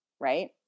right